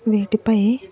వీటిపై